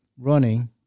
running